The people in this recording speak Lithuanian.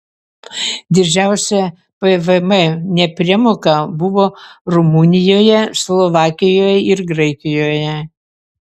didžiausia pvm nepriemoka buvo rumunijoje slovakijoje ir graikijoje